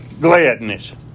gladness